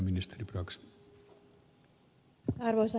arvoisa herra puhemies